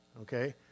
Okay